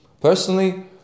personally